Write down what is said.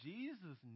Jesus